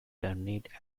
terminate